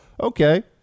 Okay